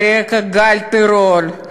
על רקע גל הטרור,